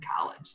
college